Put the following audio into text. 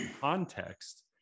context